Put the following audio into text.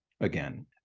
again